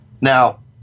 Now